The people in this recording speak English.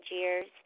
years